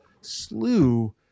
slew